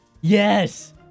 Yes